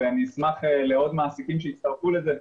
ואני אשמח לעוד מעסיקים שיצטרפו לזה,